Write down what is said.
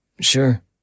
Sure